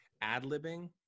Ad-libbing